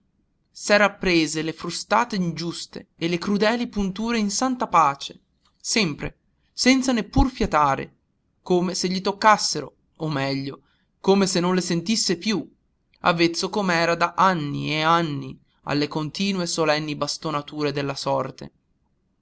s'era prese le frustate ingiuste e le crudeli punture in santa pace sempre senza neppur fiatare come se gli toccassero o meglio come se non le sentisse più avvezzo com'era da anni e anni alle continue solenni bastonature della sorte